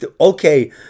Okay